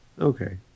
okay